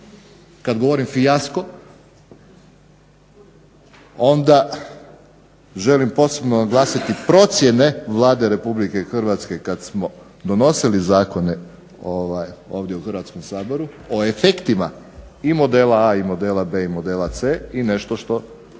kada govorim fijasko onda želim posebno naglasiti procjene Vlade RH kada smo donosili zakone ovdje u HRvatskom saboru o efektima i modela A i modela B i modela C i nešto što